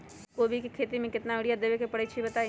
कोबी के खेती मे केतना यूरिया देबे परईछी बताई?